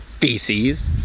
feces